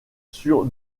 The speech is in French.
sur